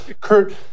kurt